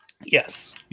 Yes